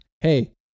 Hey